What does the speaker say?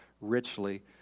richly